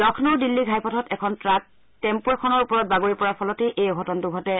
লক্ষ্ণৌ দিল্লী ঘাইপথত এখন truck tempo এখনৰ ওপৰত বাগৰি পৰাৰ ফলতেই এই অঘটনটো ঘটে